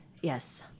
Yes